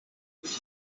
ist